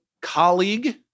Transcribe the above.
colleague